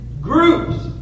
groups